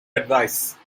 advice